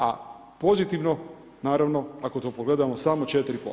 A pozitivno naravno, ako to pogledamo, samo 4%